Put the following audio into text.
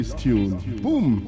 Boom